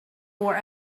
were